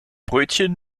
brötchen